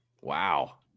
Wow